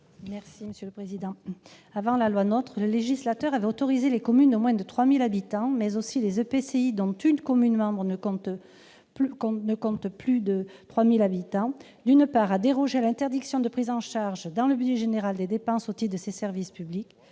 Avant la loi NOTRe, le législateur avait autorisé les communes de moins de 3 000 habitants, mais aussi les EPCI dont aucune commune membre ne compte plus de 3 000 habitants, d'une part, à déroger à l'interdiction de prise en charge, dans le budget général, des dépenses au titre des services publics,